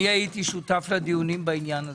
הייתי שותף לדיונים בעניין.